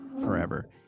forever